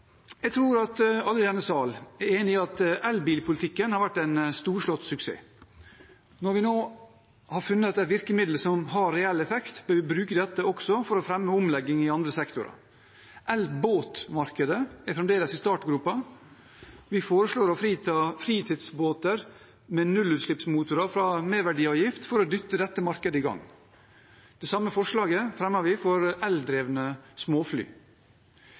Jeg tror at alle i denne sal er enig i at elbilpolitikken har vært en storslått suksess. Når vi nå har funnet det virkemidlet som har reell effekt, bør vi bruke dette for å fremme omlegging også i andre sektorer. Elbåtmarkedet er fremdeles i startgropa. Vi foreslår å frita fritidsbåter med nullutslippsmotorer fra merverdiavgift for å dytte dette markedet i gang. Det samme forslaget fremmer vi for eldrevne småfly.